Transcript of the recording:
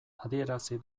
adierazi